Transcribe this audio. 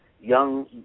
young